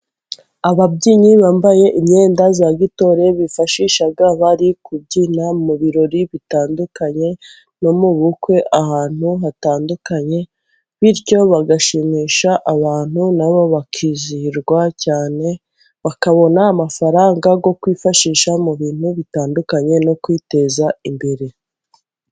Ababyinnyi bambaye imyenda ya gitorere bifashisha bari kubyina mu birori bitandukanye, no mu bukwe ahantu hatandukanye, bityo bagashimisha abantu nabo bakizihirwa cyane, bakabona amafaranga yo kwifashisha mu bintu bitandukanye no kwiteza imbere.